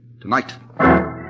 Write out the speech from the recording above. tonight